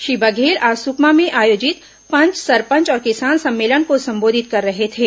श्री बघेल आज सुकमा में आयोजित पंच सरपंच और किसान सम्मेलन को संबोधित कर रहे थे